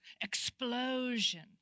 explosion